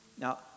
Now